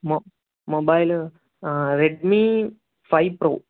మొ mobile Redmi five pro